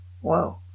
whoa